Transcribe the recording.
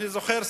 אני זוכר,